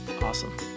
Awesome